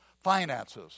finances